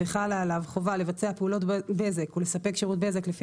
וחלה עליו חובה לבצע פעולת בזק ולספק שירות בזק לפי